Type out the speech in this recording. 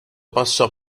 passò